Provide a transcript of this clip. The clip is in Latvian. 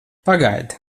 pagaidi